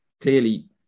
clearly